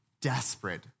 desperate